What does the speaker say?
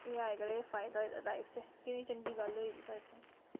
एह् अज्जकल एह् फायदा होऐ दा लाइफ च कि'न्नी चंगी गल्ल होई दी साढ़े ताहीं